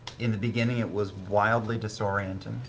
in the beginning, it was wildly disorienting.